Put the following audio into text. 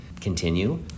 continue